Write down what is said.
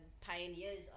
pioneers